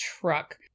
truck